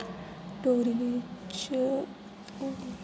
डोगरी च